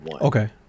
Okay